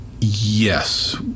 Yes